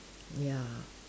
ya